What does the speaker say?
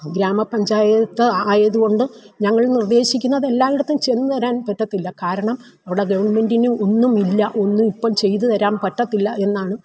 ഗ്രാമ പഞ്ചായത്ത് ആയതുകൊണ്ട് ഞങ്ങൾ നിർദ്ദേശിക്കുന്നത് എല്ലായിടത്തും ചെന്ന് തരാൻ പറ്റത്തില്ല കാരണം അവിടെ ഗവണ്മെൻറ്റിന് ഒന്നും ഇല്ല ഒന്നും ഇപ്പം ചെയ്ത് തരാൻ പറ്റത്തില്ല എന്നാണ്